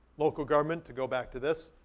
local government, to go back to this,